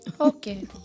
Okay